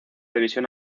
división